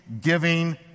giving